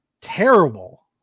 Terrible